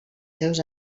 seus